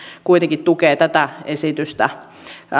kuitenkin tukee tätä esitystä